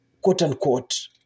quote-unquote